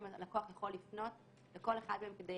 הלקוח יכול לפנות לכל אחד מהם כדי